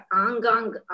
angang